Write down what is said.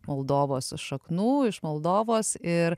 moldovos šaknų iš moldovos ir